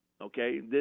Okay